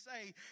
say